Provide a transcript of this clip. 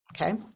okay